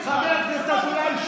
חבר הכנסת אזולאי,